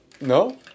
No